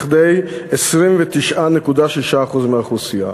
לכדי 29.6% מהאוכלוסייה.